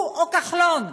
הוא או כחלון.